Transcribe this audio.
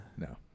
No